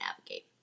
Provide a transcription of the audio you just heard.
navigate